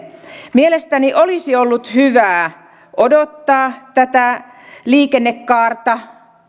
mielestäni olisi ollut hyvä odottaa tätä liikennekaarta